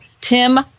Tim